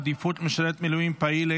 עדיפות למשרת מילואים פעיל),